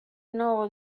know